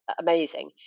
amazing